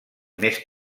més